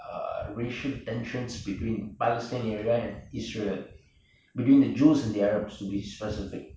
the racial tensions between pakistan are and israel between the jews and the arabs to be specific